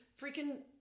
freaking